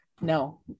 No